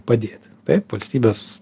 padėti taip valstybės